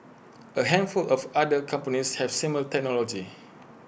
A handful of other companies have similar technology